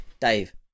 Dave